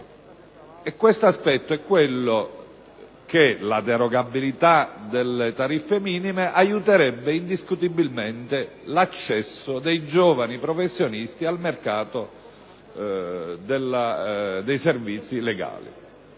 riferisco al fatto che la derogabilità delle tariffe minime aiuterebbe indiscutibilmente l'accesso dei giovani professionisti al mercato dei servizi legali.